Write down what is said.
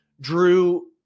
Drew